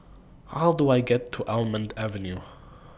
How Do I get to Almond Avenue